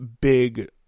big